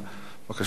בבקשה, אדוני.